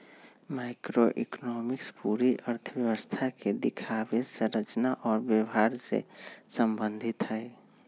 macroeconomics पूरी अर्थव्यवस्था के दिखावे, संरचना और व्यवहार से संबंधित हई